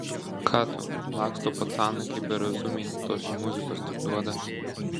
ką tu laksto pacanai kaip berazumiai tos jų muzikos tik duoda